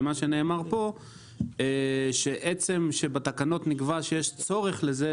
ומה שנאמר פה הוא שעצם זה שבתקנות נקבע שיש צורך לזה,